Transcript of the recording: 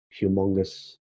humongous